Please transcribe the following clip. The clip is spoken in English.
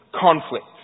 conflict